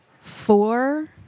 four